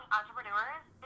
entrepreneurs